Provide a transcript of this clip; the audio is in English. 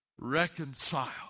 reconcile